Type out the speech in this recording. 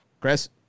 Chris